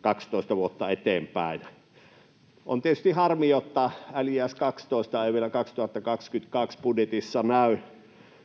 12 vuotta eteenpäin. On tietysti harmi, että LJS 12 ei vielä vuoden 2022 budjetissa näy